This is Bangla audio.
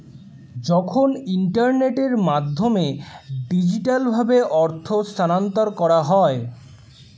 যখন ইন্টারনেটের মাধ্যমে ডিজিটালভাবে অর্থ স্থানান্তর করা হয়